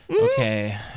okay